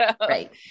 Right